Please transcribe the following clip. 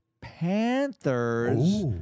Panthers